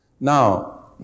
Now